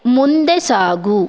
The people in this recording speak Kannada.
ಮುಂದೆ ಸಾಗು